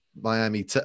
Miami